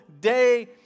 day